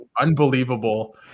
unbelievable